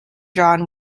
john